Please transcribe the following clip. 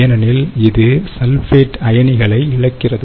ஏனெனில் இது சல்பேட் அயனிகளை இழக்கிறது